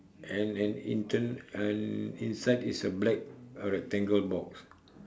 and and in turn and inside is a black rectangle box